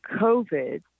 COVID